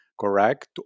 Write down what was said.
correct